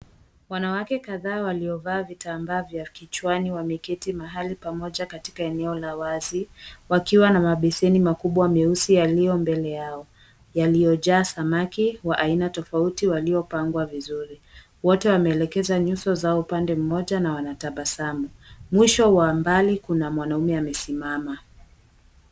Wanawake kadhaa waliovaa vitambaa vya kichwani wameketii mahali pamoja katika eneo la wazi, wakiwa na mabeseni makubwa meusi yaliyo mbele yao, yaliyojaa samaki wa aina tofauti waliopangwa vizuri. Wote wameelekeza nyuso zao upande mmoja na wanatabasamu. Mwisho wa mbali kuna mwanaume amesimama.